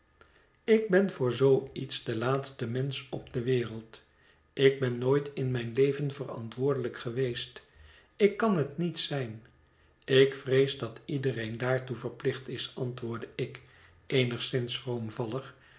ik ben voor zoo iets de laatste mensch op de wereld ik ben nooit in mijn leven verantwoordelijk geweest ik kan het niet zijn ik vrees dat iedereen daartoe verplicht is antwoordde ik